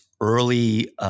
early